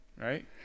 Right